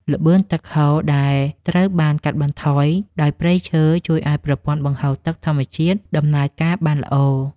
ល្បឿនទឹកហូរដែលត្រូវបានកាត់បន្ថយដោយព្រៃឈើជួយឱ្យប្រព័ន្ធបង្ហូរទឹកធម្មជាតិដំណើរការបានល្អ។